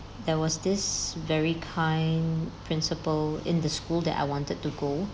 there was this very kind principal in the school that I wanted to go